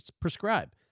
prescribe